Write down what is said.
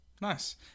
Nice